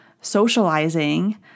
socializing